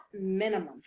minimum